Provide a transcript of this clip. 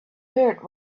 heard